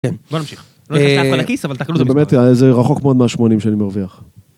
בוא נמשיך. לא נכנס לאף אחד לכיס, אבל... זה באמת... זה רחוק מאוד מה-80 שאני מרוויח.